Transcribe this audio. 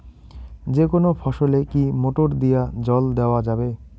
যেকোনো ফসলে কি মোটর দিয়া জল দেওয়া যাবে?